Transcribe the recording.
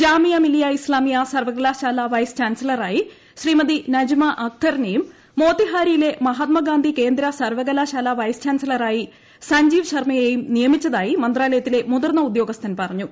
ജാമിയ മിലിയ ഇസ്താമിയ സർവ്വകലാശാല വൈസ് ചാൻസലറായി ശ്രീമതി നജ്മ അഖ്തറിനെയും മോത്തിഹാരിയിലെ മഹാത്മഗാന്ധി സർവ്വകലാശാല വൈസ് ചാൻസലറായി സഞ്ജീവ് കേന്ദ്ര ശർമ്മയെയും നിയമിച്ചതായി മന്ത്രാലയത്തിലെ മുതിർന്ന വർദ്ദയിലെ ഉദ്യോഗസ്ഥൻ പറഞ്ഞു